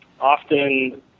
Often